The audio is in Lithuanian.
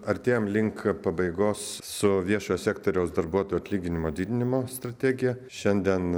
artėjame link pabaigos su viešojo sektoriaus darbuotojų atlyginimo didinimo strategija šiandien